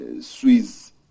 Swiss